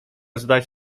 zdać